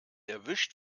erwischt